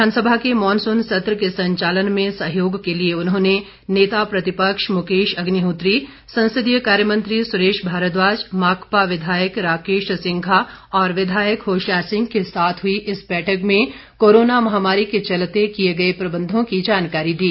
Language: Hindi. विधानसभा के मॉनसून सत्र के संचालन में सहयोग के लिए उन्होंने नेता प्रतिपक्ष मुकेश अग्निहोत्री संसदीय कार्य मंत्री सुरेश भारद्वाज माकपा विधायक राकेश सिंघा और विधायक होशियार सिंह के साथ हुई इस बैठक में कोरोना महामारी के चलते किए गए प्रबंधों की जानकारी दी